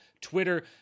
Twitter